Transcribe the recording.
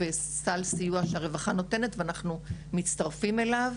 וסל סיוע שהרווחה נותנת ואנחנו מצטרפים אליו.